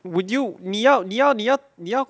would you 你要你要你要你要